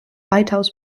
weitaus